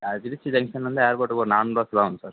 ஆ திருச்சி ஜங்க்ஷன்லருந்து ஏர்போர்ட்டுக்கு ஒரு நானூறுவா செலவாகும் சார்